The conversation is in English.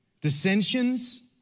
Dissensions